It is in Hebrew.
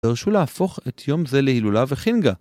דרשו להפוך את יום זה להילולה וחינגה.